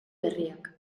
berriak